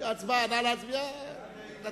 אנחנו